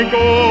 go